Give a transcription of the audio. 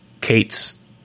Kate's